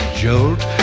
jolt